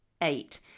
Eight